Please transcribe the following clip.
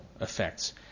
effects